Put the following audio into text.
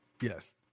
Yes